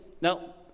Now